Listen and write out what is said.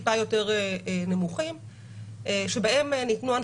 כאשר עובד מדינה הגיע לביתו של החייב וציין בדו"ח שאין מה לעקל,